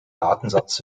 datensatz